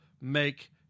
make